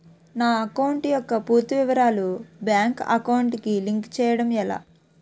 నా అకౌంట్ యెక్క పూర్తి వివరాలు బ్యాంక్ అకౌంట్ కి లింక్ చేయడం ఎలా?